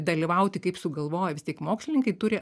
dalyvauti kaip sugalvoję vis tik mokslininkai turi